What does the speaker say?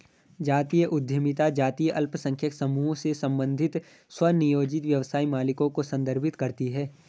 जातीय उद्यमिता जातीय अल्पसंख्यक समूहों से संबंधित स्वनियोजित व्यवसाय मालिकों को संदर्भित करती है